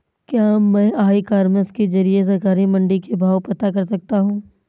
क्या मैं ecommerce के ज़रिए सरकारी मंडी के भाव पता कर सकता हूँ?